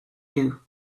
you